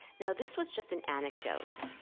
now, this was just an anecdote.